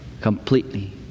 completely